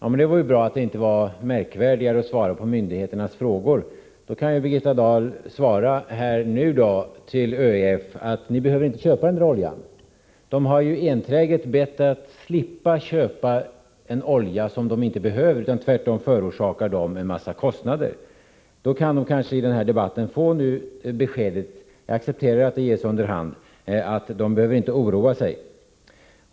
Fru talman! Det är bra att det inte är så märkvärdigt att svara på myndigheternas frågor. Birgitta Dahl kan då säga till ÖEF att det inte finns behov av att köpa oljan. ÖEF har ju enträget bett att få slippa köpa oljan, som inte behövs utan som tvärtom förorsakar en mängd kostnader. Beskedet kanske kan lämnas under denna debatt — jag accepterar att det ges ÖEF under hand — att man inte behöver oroa sig.